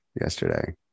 yesterday